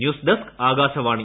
news desk Akashvani